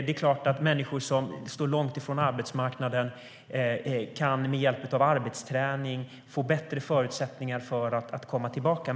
Det är klart att människor som står långt ifrån arbetsmarknaden med hjälp av arbetsträning kan få bättre förutsättningar för att komma tillbaka.